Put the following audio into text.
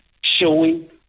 showing